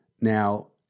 Now